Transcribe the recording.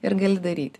ir gali daryti